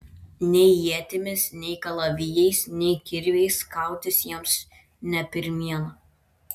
nei ietimis nei kalavijais nei kirviais kautis jiems ne pirmiena